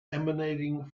emanating